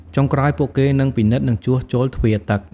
ចុងក្រោយ ពួកគេនឹងពិនិត្យ និងជួសជុលទ្វារទឹក។